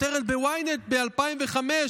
כותרת ב-ynet ב-2005,